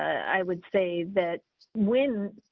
i would say that when,